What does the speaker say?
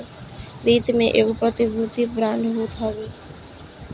वित्त में एगो प्रतिभूति बांड होत हवे